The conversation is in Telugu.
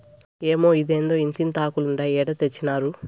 ఏమ్మే, ఏందిదే ఇంతింతాకులుండాయి ఏడ తెచ్చినారు